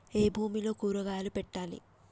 ఏ భూమిలో కూరగాయలు పెట్టాలి?